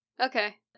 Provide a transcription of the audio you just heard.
Okay